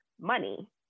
money